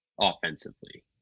offensively